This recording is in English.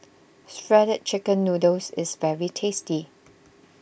Shredded Chicken Noodles is very tasty